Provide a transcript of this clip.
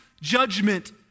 judgment